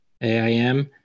aim